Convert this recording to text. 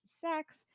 sex